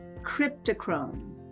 cryptochrome